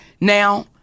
Now